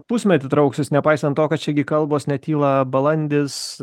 pusmetį trauksis nepaisant to kad čia gi kalbos netyla balandis